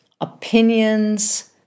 opinions